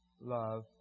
love